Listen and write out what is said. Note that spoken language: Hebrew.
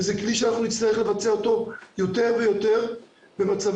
וזה כלי שנצטרך לבצע יותר ויותר במצבי